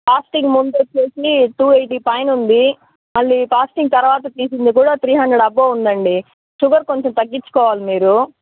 fasting ముందు వచ్చేసి two eighty పైనుంది మళ్ళీ ఫాస్టింగ్ తర్వాత వచ్చేసి మీకు త్రీ హండ్రెడ్ అబోవ్ ఉందండి షుగర్ కొంచెం తగ్గిచ్చుకోవాలి మీరు